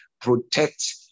protect